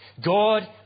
God